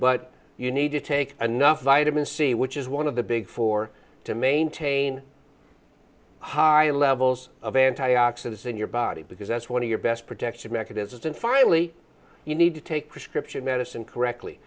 but you need to take enough vitamin c which is one of the big four to maintain high levels of anti oxidants in your body because that's one of your best protection mechanisms and finally you need to take prescription medicine correctly